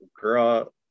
girl